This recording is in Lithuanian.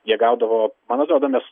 jie gaudavo man atrodo mes